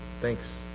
thanks